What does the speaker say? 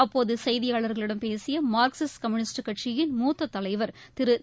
அப்போது செய்தியாளா்களிடம் பேசிய மாா்க்சிஸ்ட் கம்யூனிஸ்ட் கட்சியின் மூத்த தலைவா் திரு பிஆர்